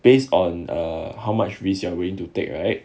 based on err how much risk you are going to take right